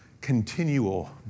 Continual